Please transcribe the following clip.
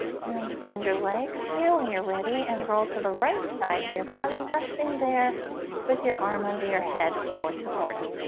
and to bend your legs here when you're ready and roll to the right side of your body resting there with your arm under your head for support